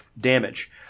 damage